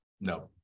no